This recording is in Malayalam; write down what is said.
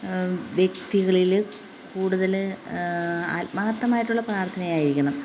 വ്യക്തികളിൽ കൂടുതൽ ആത്മാർഥമായിട്ടുള്ള പ്രാർഥനയായിരിക്കണം